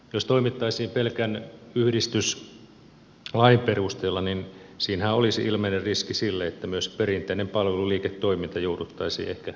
jos toimittaisiin pelkän yhdistyslain perusteella niin siinähän olisi ilmeinen riski sille että myös perinteinen palveluliiketoiminta jouduttaisiin ehkä yhtiöittämään